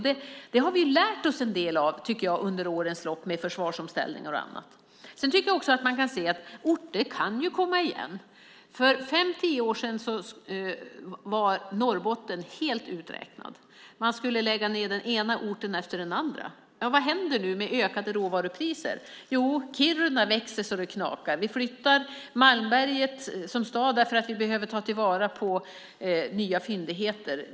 Det tycker jag att vi har lärt oss under årens lopp med försvarsomställningar och annat. Orter kan ju komma igen. För fem-tio år sedan var Norrbotten helt uträknat. Man skulle lägga ned den ena orten efter den andra. Vad händer nu med ökade råvarupriser? Kiruna växer så att det knakar. Vi flyttar Malmberget som stad för att vi behöver ta vara på nya fyndigheter.